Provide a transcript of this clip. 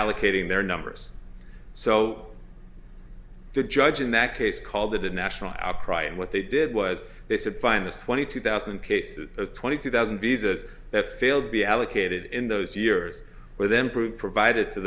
allocating their numbers so the judge in that case called it a national outcry and what they did was they said find this twenty two thousand cases of twenty two thousand visas that failed to be allocated in those years where them prove provided to